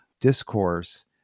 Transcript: discourse